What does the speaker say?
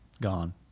Gone